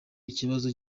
ikibazo